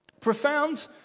profound